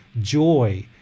joy